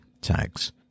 tags